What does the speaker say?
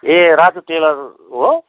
ए Raju tailor हो